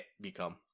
become